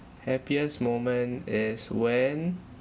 happiest moment is when